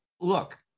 look